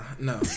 No